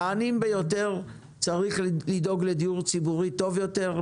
לעניים ביותר צריך לדאוג לדיור ציבורי טוב יותר,